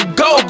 go